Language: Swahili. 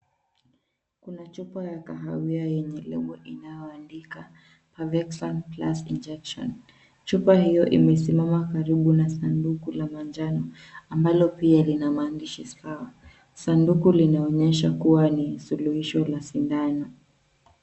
Kuna chupa ya kahawia yenye lebo inayoandika Parvexon Plus Injection. Chupa hiyo imesimama karibu na sanduku la manjano ambalo pia lina maandishi sawa. Sanduku linaonyesha ni kuwa ni suluhisho la sindano.